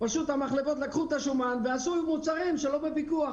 פשוט המחלבות לקחו את השומן ועשו מוצרים שלא בפיקוח,